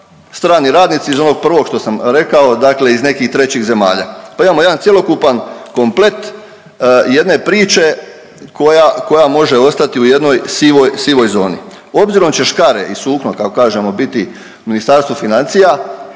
strani radnici iz onog prvog što sam rekao, dakle iz nekih trećih zemalja. Pa imamo jedan cjelokupan komplet jedne priče koja, koja može ostati u jednoj sivoj, sivoj zoni. Obzirom će škare i sukno kako kažemo biti Ministarstvo financija